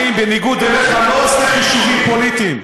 אני, בניגוד לך, לא עושה חישובים פוליטיים.